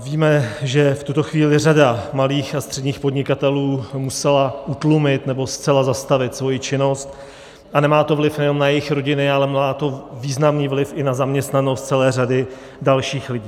Víme, že v tuto chvíli řada malých a středních podnikatelů musela utlumit nebo zcela zastavit svoji činnost, a nemá to vliv nejenom na jejich rodiny, ale má to významný vliv i na zaměstnanost celé řady dalších lidí.